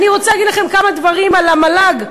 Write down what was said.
אני רוצה להגיד לכם כמה דברים על המל"ג.